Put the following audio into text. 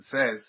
says